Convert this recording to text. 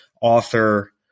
author